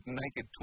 naked